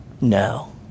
No